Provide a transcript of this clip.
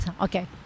Okay